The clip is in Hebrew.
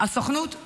אנגליה חזרה בה.